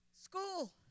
school